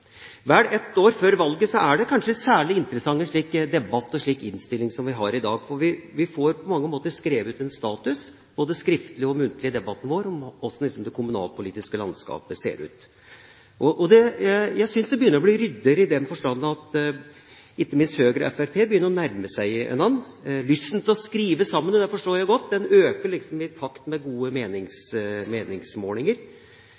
Vel ett år før valget er det kanskje særlig interessant med en slik debatt og en slik innstilling som vi har i dag, for vi får på mange måter skrevet en status – både skriftlig og muntlig i debatten vår – for hvordan det kommunalpolitiske landskapet ser ut. Jeg syns det begynner å bli ryddigere, i den forstand at ikke minst Høyre og Fremskrittspartiet begynner å nærme seg hverandre. Lysten til å skrive sammen øker – og det forstår jeg godt – i takt med gode meningsmålinger.